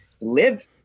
live